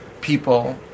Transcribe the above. people